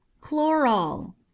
chloral